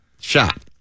shot